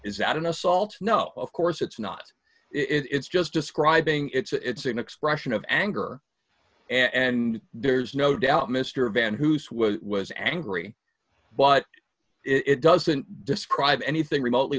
is that an assault no of course it's not it's just describing it's an expression of anger and there's no doubt mr van who's was was angry but it doesn't describe anything remotely